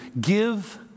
Give